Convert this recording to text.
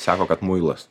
sako kad muilas